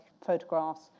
photographs